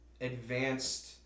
advanced